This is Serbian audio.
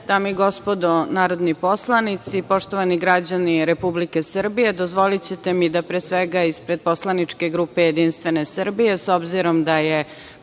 dame i gospodo narodni poslanici, poštovani građani Republike Srbije, dozvolićete mi da pre svega ispred poslaničke grupe JS, s obzirom da je